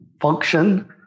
function